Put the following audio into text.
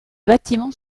bâtiments